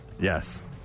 Yes